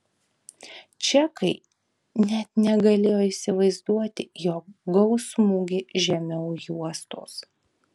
čekai net negalėjo įsivaizduoti jog gaus smūgį žemiau juostos